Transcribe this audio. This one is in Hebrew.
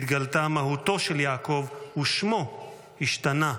התגלתה מהותו של יעקב, ושמו השתנה: